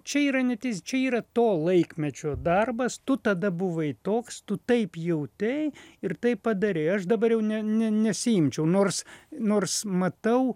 čia yra ne teis čia yra to laikmečio darbas tu tada buvai toks tu taip jautei ir taip padarei aš dabar jau ne ne nesiimčiau nors nors matau